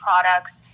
products